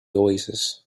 oasis